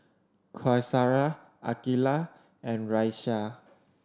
Qaisara Aqilah and Raisya